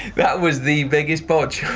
that was the biggest bodge